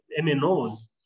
MNOs